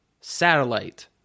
satellite